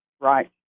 Right